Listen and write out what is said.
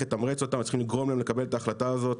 לתמרץ אותם וצריך לגרום להם לקבל את ההחלטה הזאת,